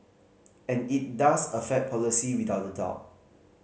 and it does affect policy without a doubt